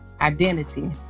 identity